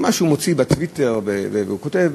מה שהוא מוציא בטוויטר והוא כותב.